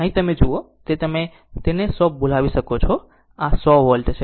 અહીં તમે જુઓ તે તમે તેને બોલાવી શકો છો આ 100 વોલ્ટ છે